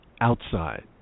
outside